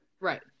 Right